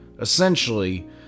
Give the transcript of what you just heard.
Essentially